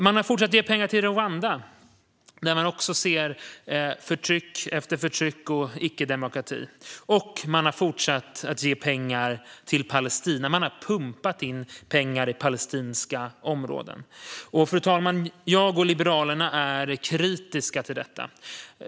Man har fortsatt att ge pengar till Rwanda där det finns förtryck och icke-demokrati. Man har fortsatt att ge pengar till Palestina. Man har pumpat in pengar i palestinska områden. Fru talman! Jag och Liberalerna är kritiska till detta.